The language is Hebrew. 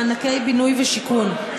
מענקי בינוי ושיכון.